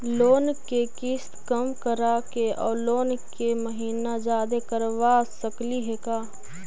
Loan के किस्त कम कराके औ लोन के महिना जादे करबा सकली हे का?